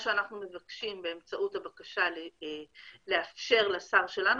מה אנחנו מבקשים באמצעות הבקשה לאפשר לשר שלנו,